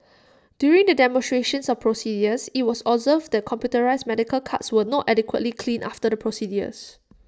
during the demonstrations of procedures IT was observed that the computerised medical carts were not adequately cleaned after the procedures